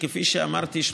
כפי שאמרתי,